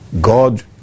God